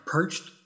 Perched